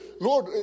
Lord